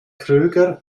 kröger